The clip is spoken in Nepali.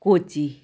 कोची